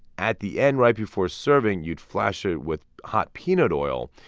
at the end right before serving, you'd flash it with hot peanut oil.